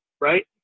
right